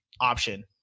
option